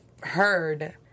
heard